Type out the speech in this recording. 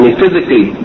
physically